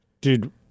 Dude